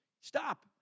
Stop